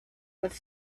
was